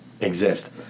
exist